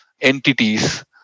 entities